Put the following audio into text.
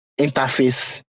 interface